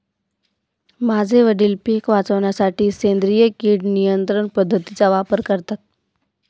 माझे वडील पिक वाचवण्यासाठी सेंद्रिय किड नियंत्रण पद्धतीचा वापर करतात